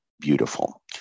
beautiful